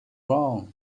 wrong